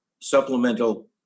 supplemental